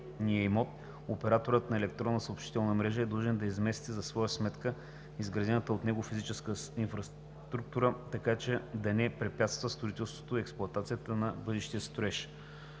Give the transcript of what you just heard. имот, операторът на електронна съобщителна мрежа е длъжен да измести за своя сметка изградената от него физическа инфраструктура така, че да не препятства строителството и експлоатацията на бъдещия строеж;